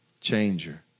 changer